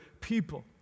people